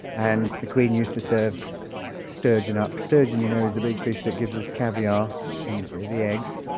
and the queen used to serve sturgeon up. sturgeon, you know is the big fish that gives us caviar in the the eggs.